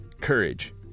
courage